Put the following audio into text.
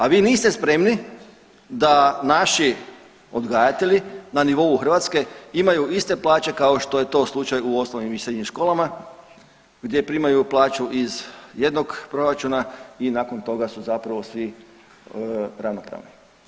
A vi niste spremni da naši odgajatelji na nivou Hrvatske imaju iste plaće kao što je to slučaj u osnovnim i srednjim školama gdje primaju plaću iz jednog proračuna i nakon toga su zapravo svi ravnopravni.